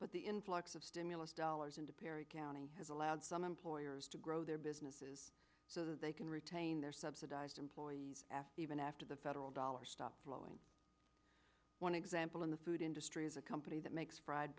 but the influx of stimulus dollars into perry county has allowed some employers to grow their businesses so that they can retain their subsidized employees after even after the federal dollars stopped flowing one example in the food industry is a company that makes fried